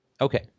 Okay